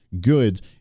goods